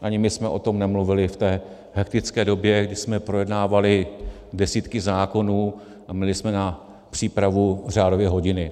Ani my jsme o tom nemluvili v té hektické době, kdy jsme projednávali desítky zákonů a měli jsme na přípravu řádově hodiny.